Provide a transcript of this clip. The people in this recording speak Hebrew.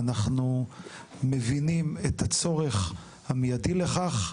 אנחנו מבינים את הצורך המיידי לכך,